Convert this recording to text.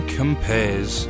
compares